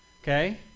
okay